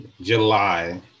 July